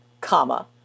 comma